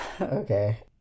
Okay